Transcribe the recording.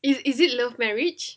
is is it love marriage